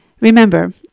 Remember